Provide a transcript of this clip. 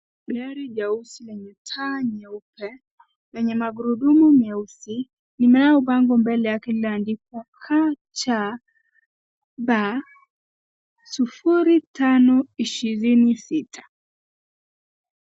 Gari jeusi lenye taa nyeupe, lenye magurudumu meusi, inayo bango mbele yake iliyoandikwa KCB 05206.